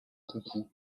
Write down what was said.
coucou